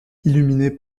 illuminé